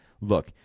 Look